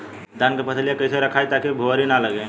धान क फसलिया कईसे रखाई ताकि भुवरी न लगे?